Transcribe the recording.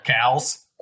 cows